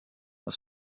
aus